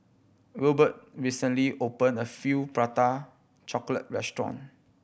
Wilbert recently opened a feel Prata Chocolate restaurant